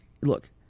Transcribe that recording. look